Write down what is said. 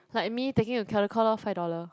like me taking to Caldecott lor five dollar